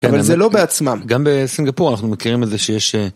אבל זה לא בעצמם. גם בסינגפור אנחנו מכירים את זה שיש...